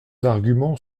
arguments